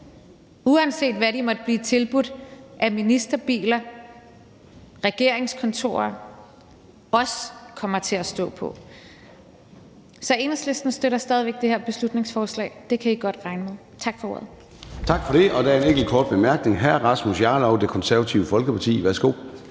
uanset hvad de måtte blive tilbudt af ministerbiler og regeringskontorer – også kommer til at stå på. Så Enhedslisten støtter stadig væk det her beslutningsforslag. Det kan I godt regne med. Tak for ordet. Kl. 16:59 Formanden (Søren Gade): Tak for det. Der er en enkelt kort bemærkning. Hr. Rasmus Jarlov, Det Konservative Folkeparti, værsgo.